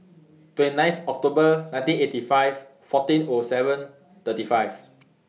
twenty ninth October nineteen eighty five fourteen O seven thirty five